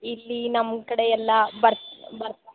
ಇಲ್ಲಿ ನಮ್ಮ ಕಡೆ ಎಲ್ಲ ಬರ್ತ್ ಬರ್ತ್